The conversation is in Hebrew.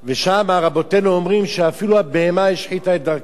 שם רבותינו אומרים שאפילו הבהמה השחיתה את דרכה.